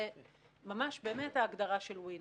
זה ממש באמת ההגדרה של win win.